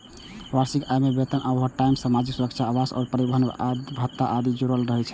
वार्षिक आय मे वेतन, ओवरटाइम, सामाजिक सुरक्षा, आवास आ परिवहन भत्ता आदि जुड़ल रहै छै